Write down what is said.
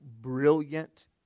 brilliant